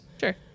Sure